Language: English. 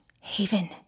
Haven